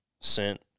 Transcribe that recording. sent